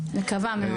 מקווה מאוד,